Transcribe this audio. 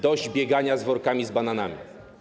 Dość biegania z workami z bananami.